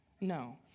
No